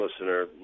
listener